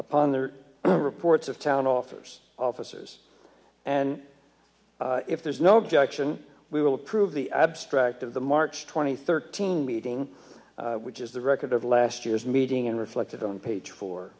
upon the reports of town offers officers and if there's no objection we will approve the abstract of the march twenty third team meeting which is the record of last year's meeting and reflected on page fo